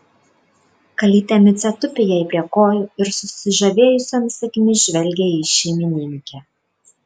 kalytė micė tupi jai prie kojų ir susižavėjusiomis akimis žvelgia į šeimininkę